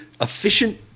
efficient